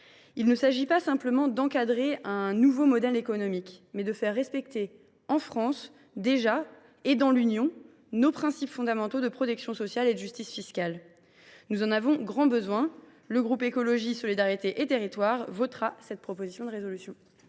Il s’agit non pas simplement d’encadrer un nouveau modèle économique, mais de faire respecter en France et dans l’Union nos principes fondamentaux de protection sociale et de justice fiscale. Nous en avons grand besoin. Le groupe Écologiste – Solidarité et Territoires votera cette proposition de résolution.